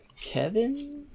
Kevin